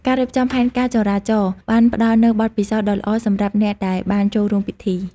ការរៀបចំផែនការចរាចរណ៍បានផ្តល់នូវបទពិសោធន៍ដ៏ល្អសម្រាប់អ្នកដែលបានចូលរួមពិធី។